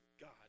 God